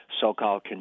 so-called